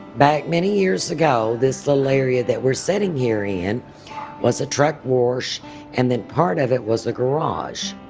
back many years ago, this little like area that we're sitting here in was a truck wash and then part of it was the garage.